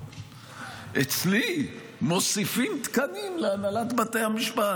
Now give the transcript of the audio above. אצלי מוסיפים תקנים להנהלת בתי המשפט.